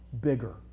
bigger